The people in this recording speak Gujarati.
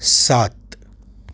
સાત